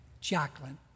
Jacqueline